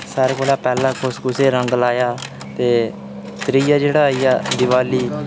सारें कोला पैह्ले कुस कुसै ई रंग लाया ते त्रीआ जेह्ड़ा आई गेआ दीवाली